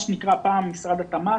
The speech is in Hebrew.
מה שפעם נקרא משרד התמ"ת,